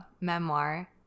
memoir